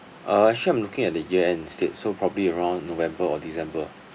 uh sure I'm looking at the year end instead so probably around november or december